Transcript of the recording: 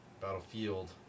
Battlefield